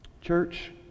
church